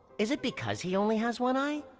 is it because he only has one eye?